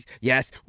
yes